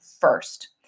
first